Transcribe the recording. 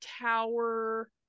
tower